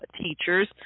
teachers